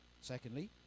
Secondly